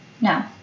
No